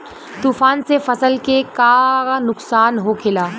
तूफान से फसल के का नुकसान हो खेला?